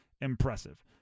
impressive